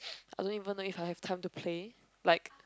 I don't even know if I have time to play like